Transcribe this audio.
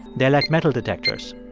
they're like metal detectors